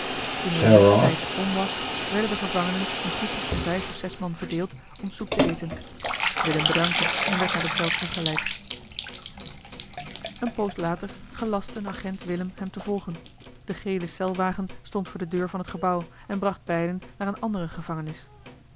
toen de luchttijd om was werden de gevangenen in groepjes van vijf of zes man verdeeld om soep te eten willem bedankte en werd naar de cel teruggeleid een poos later gelastte een agent willem hem te volgen de gele celwagen stond voor de deur van het gebouw en bracht beiden naar eene andere gevangenis